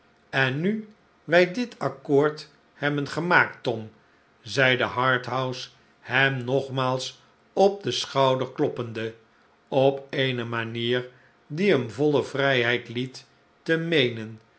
en nu wij dit accoord hebben gemaakt tom zeide harthouse hem nogmaals op den schouder kloppende op eene manier die hem voile vrijheid liet te meenen